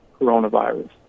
coronavirus